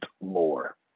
more